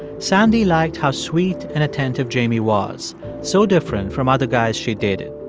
sandy liked how sweet and attentive jamie was so different from other guys she'd dated.